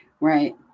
Right